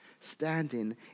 standing